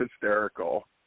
hysterical